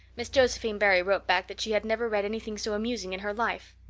miss josephine barry wrote back that she had never read anything so amusing in her life.